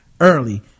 early